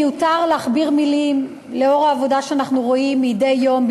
מיותר להכביר מילים לנוכח העובדה שאנחנו רואים מדי יום,